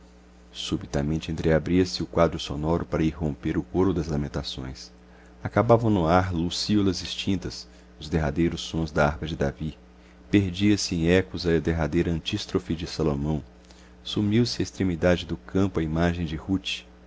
subitamente entreabria se o quadro sonoro para irromper o coro das lamentações acabavam no ar lucíolas extintas os derradeiros sons da harpa de davi perdia-se em ecos a derradeira antístrofe salomão sumiu-se à extremidade do campo a imagem de rute